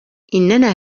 إننا